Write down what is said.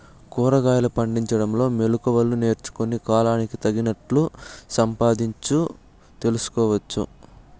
కూరగాయలు పండించడంలో మెళకువలు నేర్చుకుని, కాలానికి తగినట్లు సంపాదించు తెలుసుకోవచ్చు